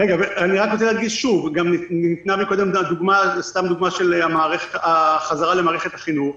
אני רוצה להדגיש שוב: ניתנה קודם דוגמה של החזרה למערכת החינוך.